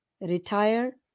retire